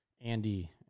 andy